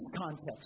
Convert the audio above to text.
context